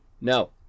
no